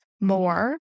more